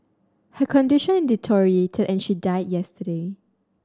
her condition deteriorated and she died yesterday